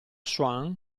swan